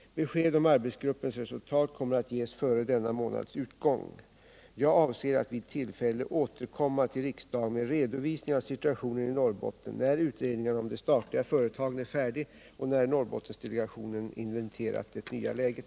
Besked om arbetsgruppens resultat kommer att ges före denna månads utgång. Jag avser att vid tillfälle återkomma till riksdagen med en redovisning av situationen i Norrbotten, när utredningarna inom de statliga företagen är färdiga och när Norrbottensdelegationen inventerat det nya läget.